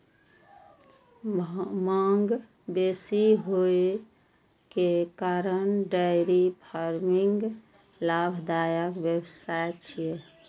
मांग बेसी होइ के कारण डेयरी फार्मिंग लाभदायक व्यवसाय छियै